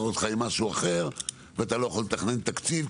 אותך עם משהו אחר ואתה לא יכול לתכנן תקציב,